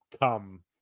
come